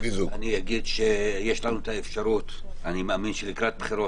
אני אגיד שיש לנו את האפשרות ואני מאמין שלקראת בחירות